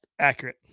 accurate